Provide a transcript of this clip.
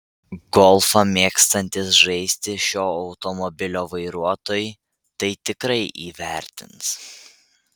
golfą mėgstantys žaisti šio automobilio vairuotojai tai tikrai įvertins